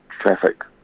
traffic